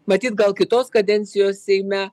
matyt gal kitos kadencijos seime